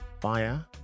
Fire